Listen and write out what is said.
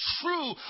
true